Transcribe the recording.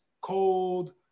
cold